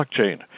blockchain